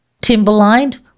timber-lined